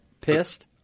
pissed